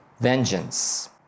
vengeance